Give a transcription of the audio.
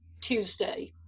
Tuesday